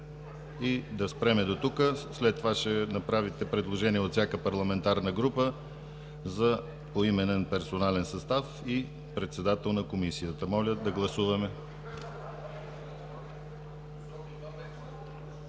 Да спрем до тук, а след това ще направите предложение от всяка парламентарна група за поименен персонален състав и председател на Комисията. Моля, гласувайте.